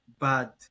bad